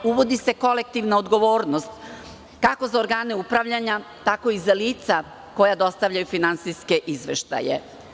Uvodi se kolektivna odgovornost kako za organe upravljanja, tako i za lica koja dostavljaju finansijske izveštaje.